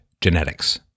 genetics